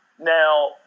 Now